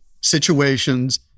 situations